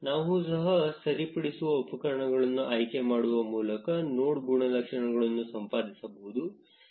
ನಾವು ಸಹ ಸರಿಪಡಿಸುವ ಉಪಕರಣವನ್ನು ಆಯ್ಕೆ ಮಾಡುವ ಮೂಲಕ ನೋಡ್ ಗುಣಲಕ್ಷಣಗಳನ್ನು ಸಂಪಾದಿಸಬಹುದು